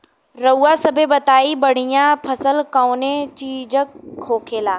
रउआ सभे बताई बढ़ियां फसल कवने चीज़क होखेला?